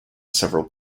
several